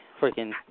freaking